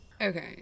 okay